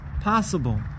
possible